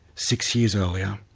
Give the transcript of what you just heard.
six years earlier,